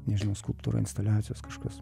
nežinau skulptūra instaliacijos kažkas